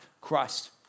Christ